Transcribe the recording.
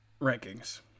rankings